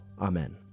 Amen